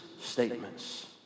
statements